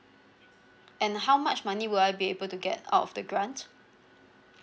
and how much money will I be able to get out of the grant